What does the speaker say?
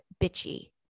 bitchy